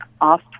off